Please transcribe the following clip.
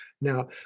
Now